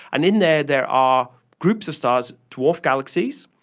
and in there there are groups of stars, dwarf galaxies,